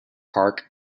park